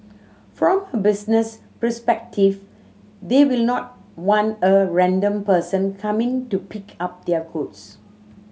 from a business perspective they will not want a random person coming to pick up their goods